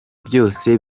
byose